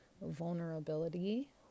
vulnerability